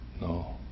No